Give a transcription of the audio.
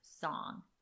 song